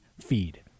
feed